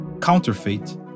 counterfeit